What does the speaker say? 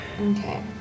Okay